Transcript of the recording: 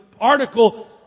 article